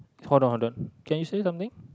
hold on hold on can you say something